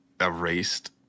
erased